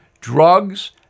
drugs